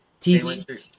TV